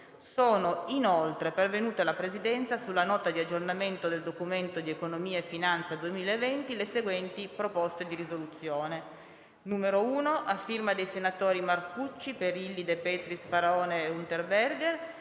Sono, inoltre, pervenute alla Presidenza, sulla Nota di aggiornamento del Documento di economia e finanza 2020, le proposte di risoluzione nn. 1, presentata dai senatori Marcucci, Perilli, De Petris, Faraone e Unterberger,